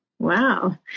Wow